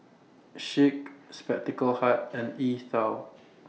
Schick Spectacle Hut and E TWOW